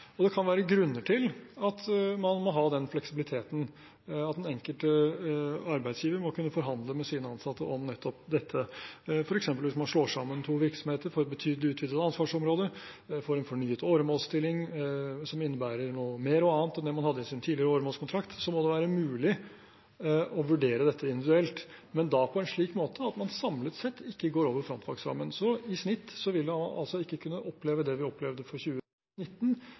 Det kan være grunner til at man må ha den fleksibiliteten – at den enkelte arbeidsgiver må kunne forhandle med sine ansatte om nettopp dette. For eksempel hvis man slår sammen to virksomheter, får betydelig utvidet ansvarsområde og får en fornyet åremålsstilling, som innebærer noe mer og annet enn det man hadde i sin tidligere åremålskontrakt, må det være mulig å vurdere dette individuelt, men da på en slik måte at man samlet sett ikke går over frontfagsrammen. Så i snitt vil man ikke kunne oppleve det vi opplevde for 2019,